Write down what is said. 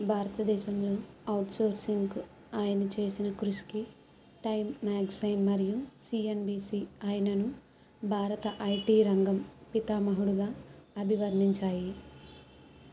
భారతదేశంలో ఔట్సోర్సింగ్కు ఆయన చేసిన కృషికి టైమ్ మ్యాగజైన్ మరియు సియన్బిసి ఆయనను భారత ఐటీ రంగం పితామహుడుగా అభివర్ణించాయి